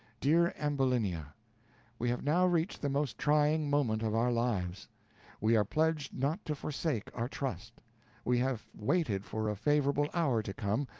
dear ambulinia we have now reached the most trying moment of our lives we are pledged not to forsake our trust we have waited for a favorable hour to come,